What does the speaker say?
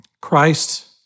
Christ